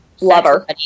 lover